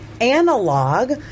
analog